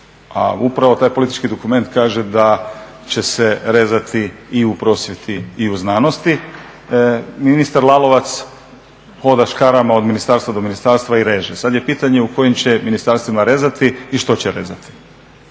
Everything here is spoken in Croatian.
a upravo taj politički dokument kaže da će se rezati i u prosvjeti i u znanosti. Ministar Lalovac hoda škarama od ministarstva do ministarstva i reže, sada je pitanje u kojim će ministarstvima rezati i što će rezati.